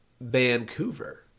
Vancouver